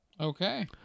Okay